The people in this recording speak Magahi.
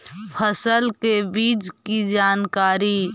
फसल के बीज की जानकारी?